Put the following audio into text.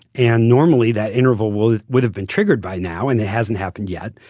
and normally that interval would would have been triggered by now and it hasn't happened yet.